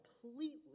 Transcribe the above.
completely